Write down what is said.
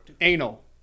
anal